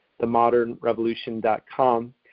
themodernrevolution.com